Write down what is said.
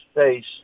face